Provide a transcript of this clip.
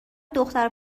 دختر